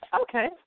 Okay